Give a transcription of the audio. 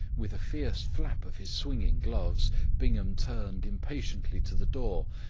with a fierce flap of his swinging gloves bingham turned impatiently to the door,